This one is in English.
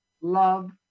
love